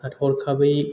हरखाबै